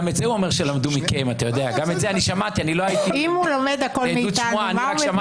שמעתי היום אדם, שאין